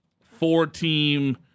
four-team